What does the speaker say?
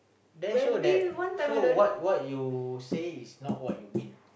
there show that show what what you say is not what you mean